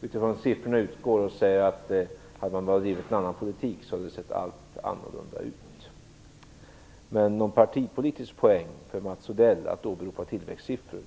på grund av siffrorna säga att om en annan politik hade bedrivits hade allt sett annorlunda ut. Mats Odell kan inte göra någon partipolitisk poäng genom att åberopa tillväxtsiffror.